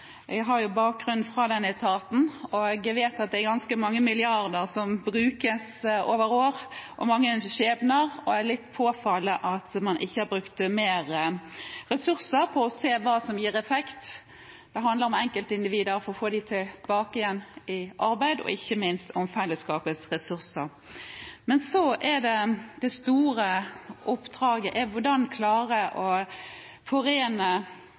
Jeg har bakgrunn fra den etaten, og jeg vet at det er ganske mange milliarder som brukes over år, og mange skjebner, så det er litt påfallende at man ikke har brukt mer ressurser på å se hva som gir effekt. Det handler om å få enkeltindivider tilbake i arbeid igjen, og ikke minst om fellesskapets ressurser. Men så er det store oppdraget: Hvordan klare å forene innenfor helse det å tenke og